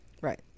Right